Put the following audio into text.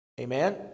Amen